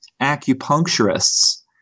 acupuncturists